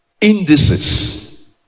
indices